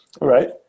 right